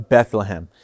Bethlehem